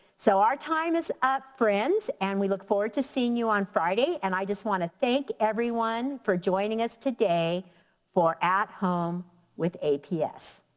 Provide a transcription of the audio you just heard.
so our time is up friends and we look forward to seeing you on friday. and i just wanna thank everyone for joining us today for at home with aps.